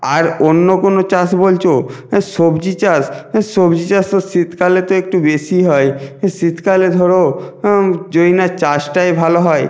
আর অন্য কোনো চাষ বলছ হ্যাঁ সবজি চাষ হ্যাঁ সবজি চাষ তো শীতকালে তো একটু বেশি হয় হ্যাঁ শীতকালে ধরো যদি না চাষটাই ভালো হয়